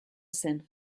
zen